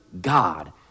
God